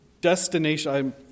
destination